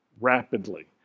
rapidly